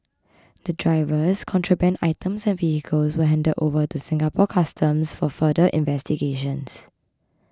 the drivers contraband items and vehicles were handed over to Singapore Customs for further investigations